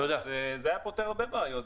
זה היה פותר הרבה בעיות,